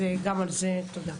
גם על זה תודה.